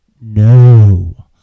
No